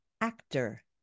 actor